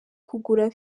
kugura